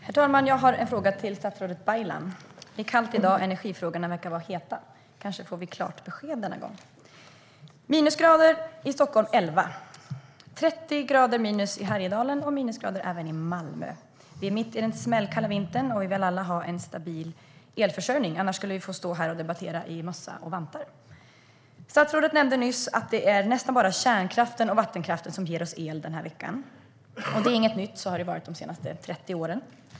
Herr talman! Jag har en fråga till statsrådet Baylan. Det är kallt i dag. Energifrågorna verkar vara heta. Kanske får vi klart besked denna gång. Det är 11 grader minus i Stockholm. Det är 30 grader minus i Härjedalen. Det är minusgrader även i Malmö. Vi är mitt i den smällkalla vintern. Vi vill alla ha en stabil elförsörjning. Annars skulle vi få stå här och debattera i mössa och vantar. Statsrådet nämnde nyss att det nästan bara är kärnkraften och vattenkraften som ger oss el den här veckan. Det är inget nytt. Så har det varit de senaste 30 åren.